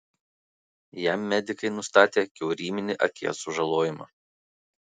jam medikai nustatė kiauryminį akies sužalojimą